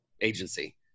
agency